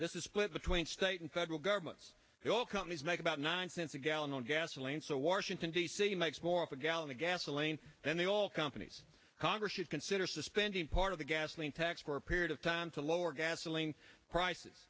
this is split between state and federal governments they all companies make about nine cents a gallon on gasoline so washington d c makes more of a gallon of gasoline than the all companies congress should consider suspending part of the gasoline tax for a period of time to lower gasoline prices